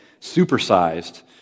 supersized